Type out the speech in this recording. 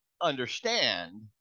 understand